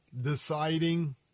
deciding